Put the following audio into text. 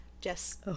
Jess